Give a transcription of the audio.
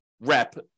rep